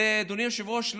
אדוני היושב-ראש,